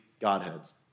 Godheads